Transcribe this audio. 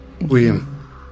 William